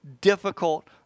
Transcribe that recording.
difficult